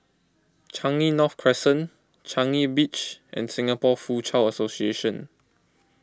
Changi North Crescent Changi Beach and Singapore Foochow Association